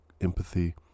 empathy